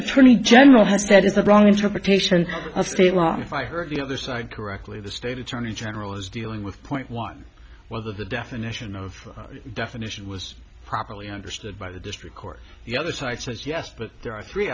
attorney general has said is a wrong interpretation of state law if i heard the other side correctly the state attorney general is dealing with point one well the definition of definition was properly understood by the district court yet the site says yes but there are three